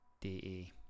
DE